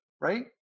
right